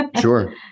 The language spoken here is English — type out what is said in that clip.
Sure